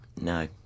no